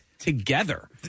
together